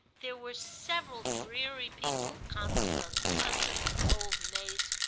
there were several dreary people, coxon cousins, old maids,